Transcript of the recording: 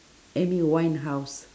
amy-winehouse